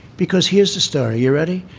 because here's the story yeah already.